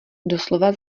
doslova